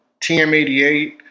TM88